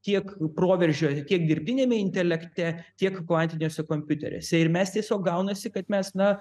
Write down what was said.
tiek proveržio tiek dirbtiniame intelekte tiek kvantiniuose kompiuteriuose ir mes tiesiog gaunasi kad mes na